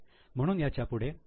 म्हणून याच्यापुढे ए